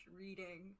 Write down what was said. reading